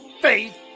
faith